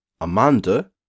Amanda